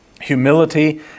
Humility